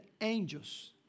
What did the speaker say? angels